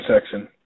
section